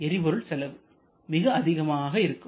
எரிபொருள் செலவு மிக அதிகமாக இருக்கும்